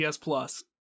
Plus